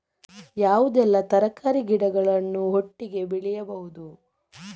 ಯಾವುದೆಲ್ಲ ತರಕಾರಿ ಗಿಡಗಳನ್ನು ಒಟ್ಟಿಗೆ ಬೆಳಿಬಹುದು?